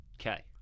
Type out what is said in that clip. okay